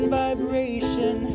vibration